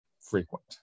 frequent